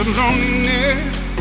loneliness